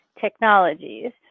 technologies